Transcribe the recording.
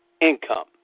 income